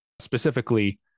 specifically